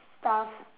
stuff